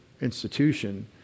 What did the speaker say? institution